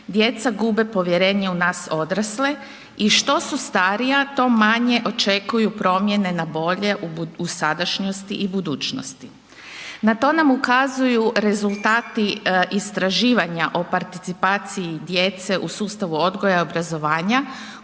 djeca gube povjerenje u nas odrasle i što su starija to manje očekuju promjene na bolje u sadašnjosti i budućnosti. Na to nam ukazuju rezultati istraživanja o participaciji djece u sustavu odgoja i obrazovanja